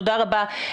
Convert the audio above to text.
תודה רבה.